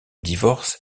divorce